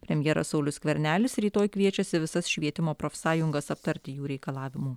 premjeras saulius skvernelis rytoj kviečiasi visas švietimo profsąjungas aptarti jų reikalavimų